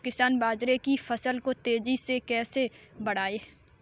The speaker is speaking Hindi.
किसान बाजरे की फसल को तेजी से कैसे बढ़ाएँ?